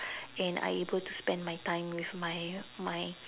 and I able to spend my time with my my